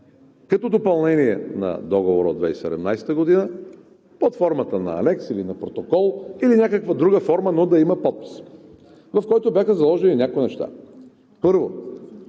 като допълнение на Договора от 2017 г., под формата на анекс, или на протокол, или някаква друга форма, но да има подпис, в който бяха заложени някои неща. Първо,